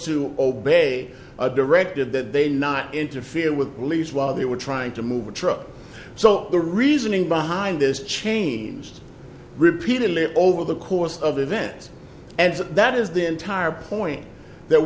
to obey directed that they not interfere with police while they were trying to move a truck so the reasoning behind this changed repeatedly over the course of events and that is the entire point that